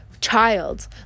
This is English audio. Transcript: child